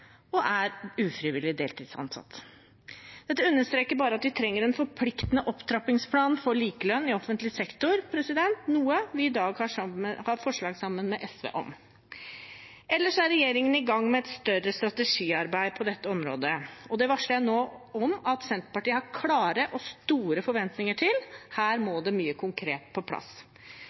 og er ufrivillig deltidsansatt. Dette understreker bare at vi trenger en forpliktende opptrappingsplan for likelønn i offentlig sektor, noe vi i dag har forslag om sammen med SV. Ellers er regjeringen i gang med et større strategiarbeid på dette området, og det varsler jeg nå om at Senterpartiet har klare og store forventninger til. Her må det mye konkret på plass.